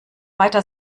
weiter